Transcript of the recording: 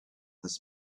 this